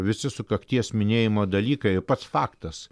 visi sukakties minėjimo dalykai ir pats faktas